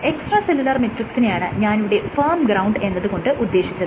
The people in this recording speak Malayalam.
എക്സ്ട്രാ സെല്ലുലാർ മെട്രിക്സിനെയാണ് ഞാനിവിടെ ഫേർമ് ഗ്രൌണ്ട് എന്നത് കൊണ്ട് ഉദ്ദേശിച്ചത്